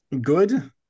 good